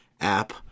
app